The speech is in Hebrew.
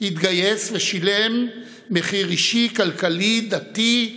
התגייס ושילם מחיר אישי, כלכלי, דתי,